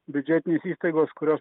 biudžetinės įstaigos kurios